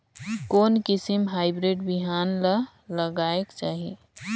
कोन किसम हाईब्रिड बिहान ला लगायेक चाही?